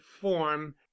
form